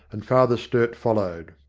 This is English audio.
and father sturt followed.